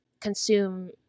consume